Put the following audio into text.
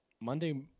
Monday